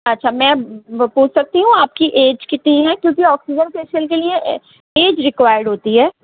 اچھا میم وہ پوچھ سکتی ہوں آپ کی ایج کتنی ہے کیونکہ آکسیجن فیشیل کے لئے ایج ریکوائرڈ ہوتی ہے